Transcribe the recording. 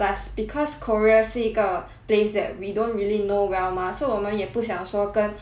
plus because korea 是一个 place that we don't really know well mah so 我们也不想说跟